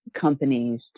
companies